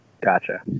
gotcha